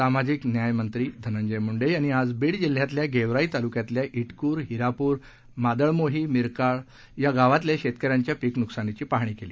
सामाजिक न्यायमंत्री धनंजय मुंडे यांनी आज बीड जिल्ह्यातल्या गेवराई तालुक्यातल्या इटकूर हिरापुर मादळमोही मिरकाळ या गावातल्या शेतकऱ्यांच्या पिक नुकसानीची पाहणी केली